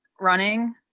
running